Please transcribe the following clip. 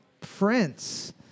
Prince